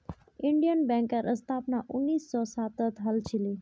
Indian बैंकेर स्थापना उन्नीस सौ सातत हल छिले